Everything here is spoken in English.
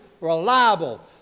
reliable